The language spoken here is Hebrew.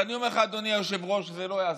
ואני אומר לך, אדוני היושב-ראש, זה לא יעזור.